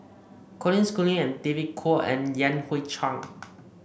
Colin Schooling and David Kwo and Yan Hui Chang